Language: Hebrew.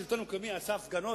השלטון המקומי עשה הפגנות,